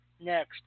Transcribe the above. next